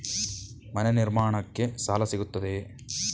ಮನೆ ನಿರ್ಮಾಣಕ್ಕೆ ಸಾಲ ಸಿಗುತ್ತದೆಯೇ?